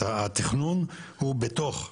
התכנון הוא בתוך,